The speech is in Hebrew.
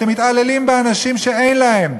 אתם מתעללים באנשים שאין להם.